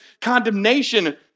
condemnation